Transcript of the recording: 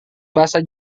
bahasa